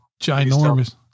ginormous